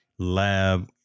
Lab